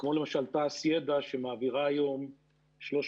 כמו, למשל, תעש ידע שמעבירה היום 350,000